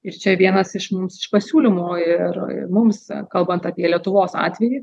ir čia vienas iš mums pasiūlymų ir mums kalbant apie lietuvos atvejį